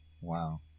Wow